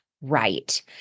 right